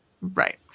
right